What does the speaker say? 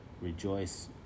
rejoice